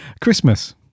Christmas